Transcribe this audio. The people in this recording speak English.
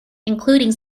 including